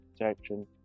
protection